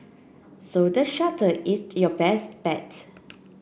so the shuttle is your best bet